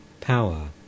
power